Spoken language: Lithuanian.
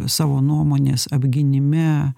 savo nuomonės apgynime